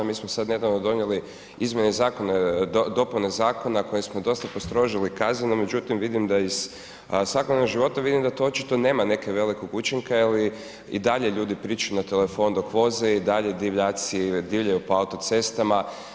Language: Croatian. Mi smo sad nedavno donijeli izmjene zakona, dopune zakona koje smo dosta postrožili kazneno, međutim vidim da iz, svakodnevnog života vidim da to očito nema nekog velikog učinka jer i dalje ljudi pričaju na telefon dok voze i dalje divljaci divljaju po autocestama.